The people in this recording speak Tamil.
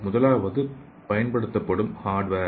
முதலாவது பயன்படுத்தப்படும் ஹார்ட்வேர்